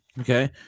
okay